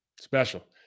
Special